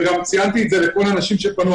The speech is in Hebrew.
וגם ציינתי את זה לכל האנשים שפנו.